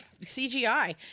CGI